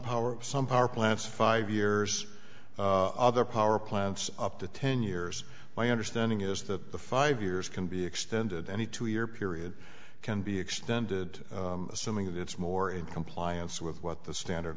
power some power plants five years other power plants up to ten years my understanding is that the five years can be extended any two year period can be extended assuming that it's more in compliance with what the standard